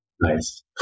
nice